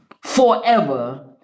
forever